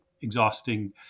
exhausting